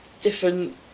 different